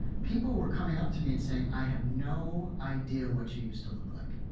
people were coming up to me and saying, i have no idea what you used to look like.